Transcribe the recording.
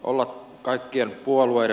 olla kaikkien puolue